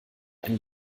ein